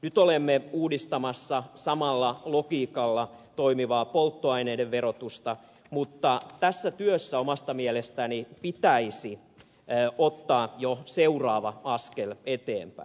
nyt olemme uudistamassa samalla logiikalla toimivaa polttoaineiden verotusta mutta tässä työssä omasta mielestäni pitäisi ottaa jo seuraava askel eteenpäin